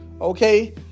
okay